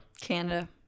Canada